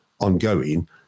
ongoing